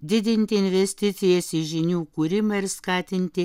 didinti investicijas į žinių kūrimą ir skatinti